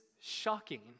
shocking